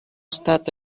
estat